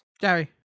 Gary